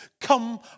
come